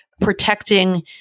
protecting